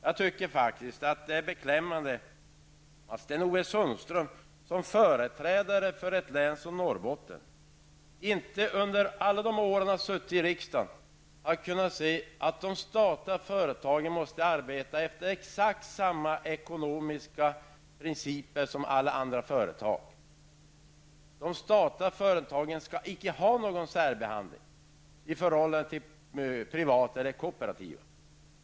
Det är faktiskt beklämmande att Sten-Ove Sundström såsom företrädare för ett län som Norrbotten, inte under alla sina år i riksdagen har kunnat inse att de statliga företagen måste arbeta efter exakt samma ekonomiska principer som alla andra företag. De statliga företagen skall icke särbehandlas utan jämföras med privata eller kooperativt drivna företag.